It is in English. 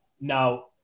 now